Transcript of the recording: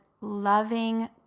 loving